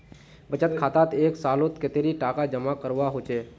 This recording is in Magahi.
बचत खातात एक सालोत कतेरी टका जमा करवा होचए?